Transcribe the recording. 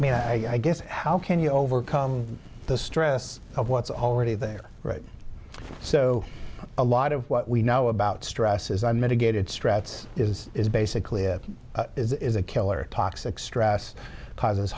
mean i guess how can you overcome the stress of what's already there so a lot of what we know about stress is a mitigated stress is is basically it is a killer toxic stress causes